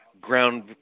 ground